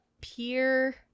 peer